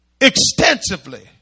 extensively